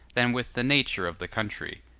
than with the nature of the country.